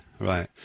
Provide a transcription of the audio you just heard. Right